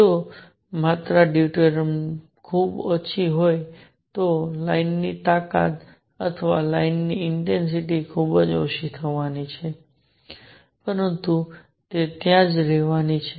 જો માત્રા ડ્યુટેરિયમ ખૂબ ઓછી હોય તો લાઇન ની તાકાત અથવા લાઇનની ઇન્ટેન્સિટી ખૂબ ઓછી થવાની છે પરંતુ તે ત્યાં જ રહેવાની છે